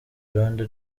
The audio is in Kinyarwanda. rwanda